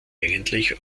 eigentlich